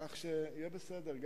כך שיהיה בסדר.